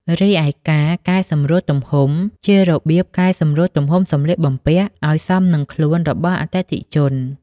រីឯការកែសម្រួលទំហំជា របៀបកែសម្រួលទំហំសម្លៀកបំពាក់ឱ្យសមនឹងខ្លួនរបស់អតិថិជន។